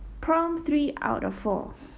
prompt three out of four